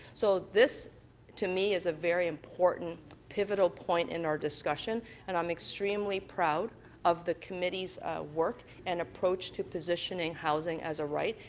so this to me, is a very important pivot tall ah point in our discussion and i'm extremely proud of the committee's work and approach to positions housing as a right.